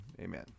amen